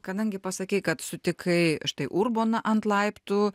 kadangi pasakei kad sutikai štai urboną ant laiptų